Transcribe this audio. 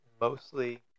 mostly